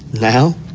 now?